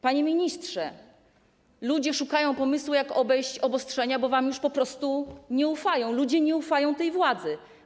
Panie ministrze, ludzie szukają pomysłu, jak obejść obostrzenia, bo wam już po prostu nie ufają, ludzie nie ufają tej władzy.